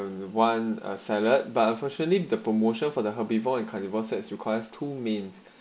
one a salad but unfortunately the promotion for the happy ball and carnival sets requires two means